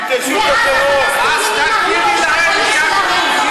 ואז הפלסטינים ינהלו את החיים שלהם.